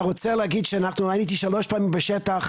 הייתי שלוש פעמים בשטח.